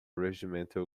regimental